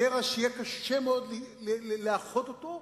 קרע שיהיה קשה מאוד לאחות אותו,